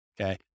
Okay